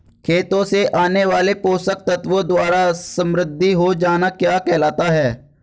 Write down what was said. खेतों से आने वाले पोषक तत्वों द्वारा समृद्धि हो जाना क्या कहलाता है?